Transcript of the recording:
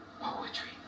poetry